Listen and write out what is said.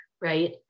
right